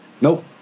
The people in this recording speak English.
Nope